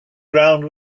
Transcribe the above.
ground